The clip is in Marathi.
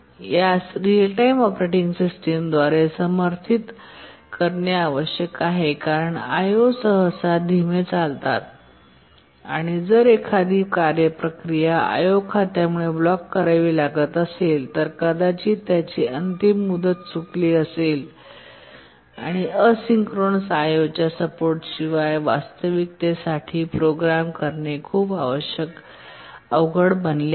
यास रिअल टाइम ऑपरेटिंग सिस्टम द्वारे समर्थित करणे आवश्यक आहे कारण I O सहसा धीमे असते आणि जर एखादी कार्य प्रक्रिया I O खात्यामुळे ब्लॉक करावी लागत असेल तर कदाचित त्याची अंतिम मुदत चुकली असेल आणि ए सिन्क्रोनस I O च्या सपोर्ट शिवाय वास्तविकतेसाठी प्रोग्राम करणे खूप अवघड बनले आहे